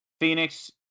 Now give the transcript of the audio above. Phoenix